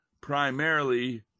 primarily